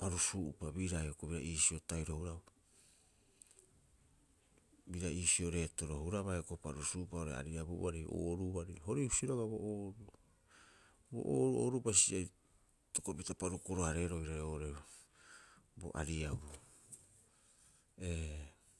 parusuu'upa biraa hioko'i bira iisio tahiro huraba. Bira iisio reetoro hurabaa hioko'i o parusuu'upa oo'ore ariabuari, ooruari. Hori husi roga'a bo ooru, bo ooru oorubasi a itokopapita parukoro- hareero oirare oo'ore bo ariabu. Ee.